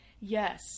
Yes